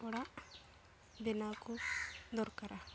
ᱚᱲᱟᱜ ᱵᱮᱱᱟᱣ ᱠᱚ ᱫᱚᱨᱠᱟᱨᱟ